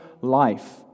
life